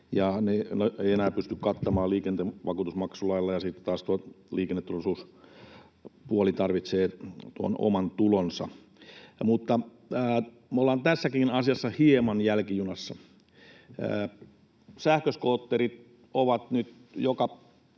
ja niitä ei enää pysty kattamaan liikennevakuutusmaksulailla, ja sitten taas tuo liikenneturvallisuuspuoli tarvitsee tuon oman tulonsa. Mutta me ollaan tässäkin asiassa hieman jälkijunassa. Sähköskootterit ovat nyt joka